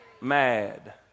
mad